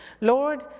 Lord